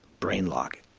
brain lock.